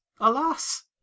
alas